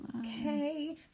Okay